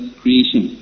creation